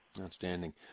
Outstanding